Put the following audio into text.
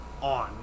on